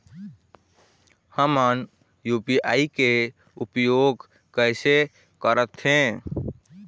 हमन यू.पी.आई के उपयोग कैसे करथें?